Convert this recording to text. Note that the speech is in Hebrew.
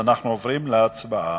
אנחנו עוברים להצבעה.